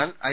എന്നാൽ ഐ